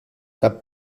cap